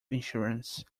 insurance